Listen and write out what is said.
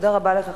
תודה רבה לך,